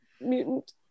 mutant